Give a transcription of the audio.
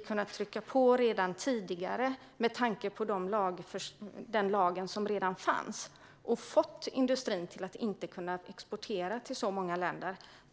hade kunnat trycka på redan tidigare med den lag som redan fanns och gjort så att industrin inte kunde exportera till så många länder.